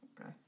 okay